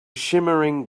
shimmering